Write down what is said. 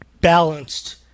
balanced